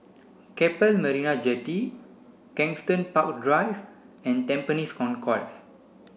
Keppel Marina Jetty Kensington Park Drive and Tampines Concourse